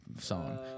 song